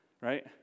right